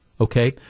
Okay